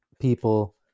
people